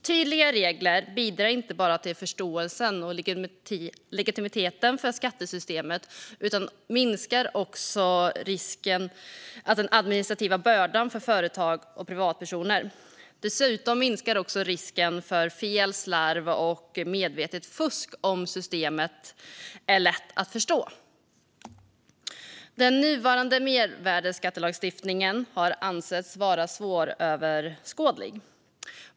Tydliga regler bidrar inte bara till förståelse och legitimitet för skattesystemet utan minskar också den administrativa bördan för företag och privatpersoner. Dessutom minskar risken för fel, slarv och medvetet fusk om systemet är lätt att förstå. Den nuvarande mervärdesskattelagstiftningen har ansetts vara svåröverskådlig.